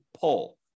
pull